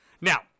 Now